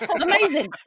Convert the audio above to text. amazing